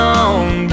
on